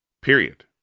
Period